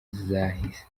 zahise